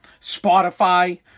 Spotify